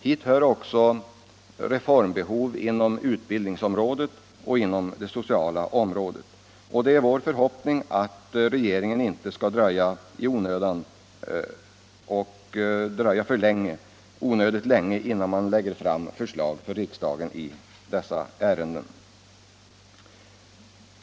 Hit hör också reformbehov inom utbildningsområdet och inom det sociala området. Det är vår förhoppning att det inte skall dröja onödigt länge innan regeringen lägger fram förslag för riksdagen i dessa ärenden.